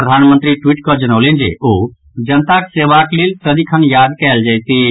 प्रधानमंत्री ट्वीट कऽ जनौलनि जे ओ जनताक सेवाक लेल सदिखन याद कयल जयनीह